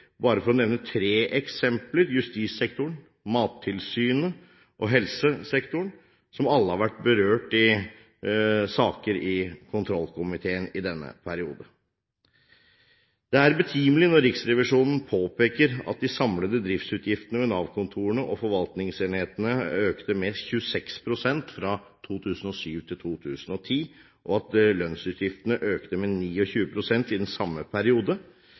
bare for å nevne tre eksempler: justissektoren, Mattilsynet og helsesektoren som alle har vært berørt i saker i kontroll- og konstitusjonskomiteen i denne perioden. Det er betimelig når Riksrevisjonen påpeker at de samlede driftsutgiftene ved Nav-kontorene og forvaltningsenhetene økte med 26 pst. fra 2007 til 2010, og at lønnsutgiftene økte med 29 pst. i den samme